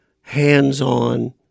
hands-on